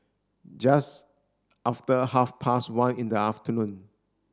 just after half past one in the afternoon